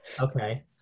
Okay